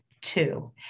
two